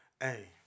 hey